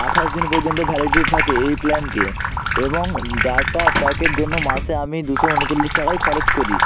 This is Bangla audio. আটাশ দিন পর্যন্ত ভ্যালিডিটি থাকে এই প্ল্যানটির এবং ডাটা প্যাকের জন্য মাসে আমি দুশো উনচল্লিশ টাকাই খরচ করি